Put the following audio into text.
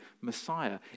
Messiah